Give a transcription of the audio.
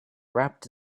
wrapped